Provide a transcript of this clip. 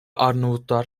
arnavutlar